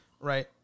Right